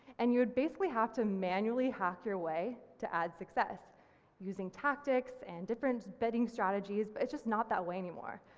and you would basically have to manually hack your way to add success using tactics and different betting strategies, but it's just not that way anymore.